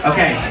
Okay